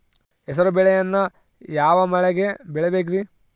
ಹೆಸರುಬೇಳೆಯನ್ನು ಯಾವ ಮಳೆಗೆ ಬೆಳಿಬೇಕ್ರಿ?